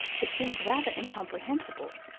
it seems rather incomprehensible,